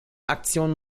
aktionen